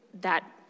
that-